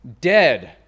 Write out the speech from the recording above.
dead